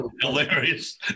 hilarious